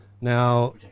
Now